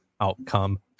outcome